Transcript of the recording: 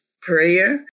prayer